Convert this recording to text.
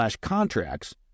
contracts